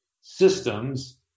systems